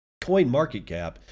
CoinMarketCap